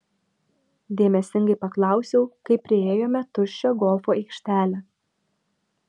dėmesingai paklausiau kai priėjome tuščią golfo aikštelę